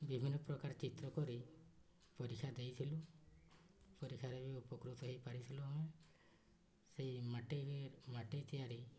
ବିଭିନ୍ନ ପ୍ରକାର ଚିତ୍ର କରି ପରୀକ୍ଷା ଦେଇଥିଲୁ ପରୀକ୍ଷାରେ ବି ଉପକୃତ ହେଇପାରିଥିଲୁ ଆମେ ସେଇ ମାଟିରେ ମାଟି ତିଆରି